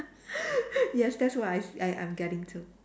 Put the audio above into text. yes that's what I s~ I I'm getting too